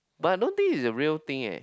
but I don't think is a real thing eh